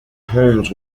homes